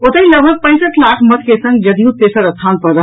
ओतहि लगभग पैंसठि लाख मत के संग जदयू तेसर स्थान पर रहल